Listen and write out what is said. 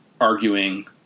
arguing